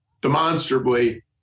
demonstrably